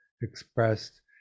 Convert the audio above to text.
expressed